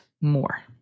more